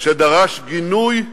שדרש גינוי מיידי,